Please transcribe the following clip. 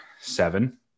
seven